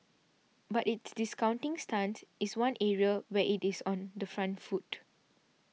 but its discounting stance is one area where it is on the front foot